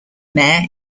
mayor